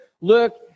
look